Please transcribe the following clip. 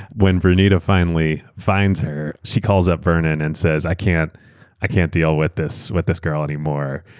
when vernita finally finds her, she calls up vernon and says i can't i can't deal with this with this girl anymore.